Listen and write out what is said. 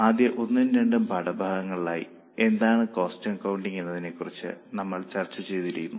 ആദ്യ ഒന്നും രണ്ടും പാഠ ഭാഗങ്ങളിലായി എന്താണ് കോസ്റ്റ് അക്കൌണ്ടിങ് എന്നതിനെക്കുറിച്ച് നമ്മൾ ചർച്ച ചെയ്തിരുന്നു